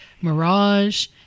Mirage